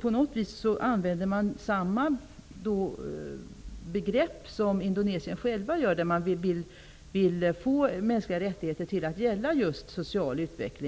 På något vis använder regeringen samma begrepp som Indonesien självt gör i och med att man vill att mänskliga rättigheter skall gälla just social och